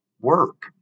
work